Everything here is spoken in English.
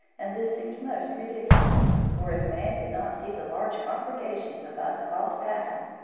and this seemed most ridiculous, for if man could not see the large congregations of us called atoms,